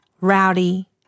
rowdy